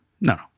no